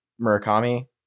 Murakami